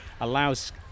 allows